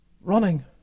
running